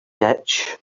ditch